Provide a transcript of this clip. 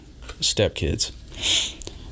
stepkids